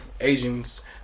Asians